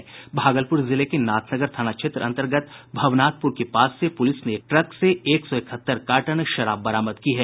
भागलपुर जिले के नाथनगर थाना क्षेत्र अंतर्गत भवनाथपुर के पास से पुलिस ने एक ट्रक से एक सौ इकहत्तर कार्टन शराब बरामद की है